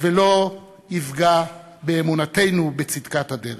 ולא יפגע באמונתנו בצדקת הדרך.